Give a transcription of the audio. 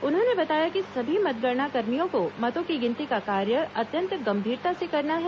उन्होंने बताया कि सभी मतगणनाकर्मियों को मतों की गिनती का कार्य अत्यंत गंभीरता से करना है